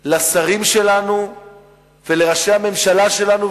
לשרים שלנו ולראשי הממשלה שלנו,